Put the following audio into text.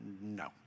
No